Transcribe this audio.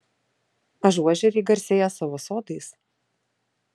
ažuožeriai garsėja savo sodais